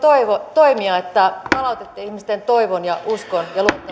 toimia että palautatte ihmisten toivon uskon ja